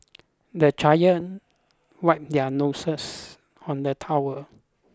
the children wipe their noses on the towel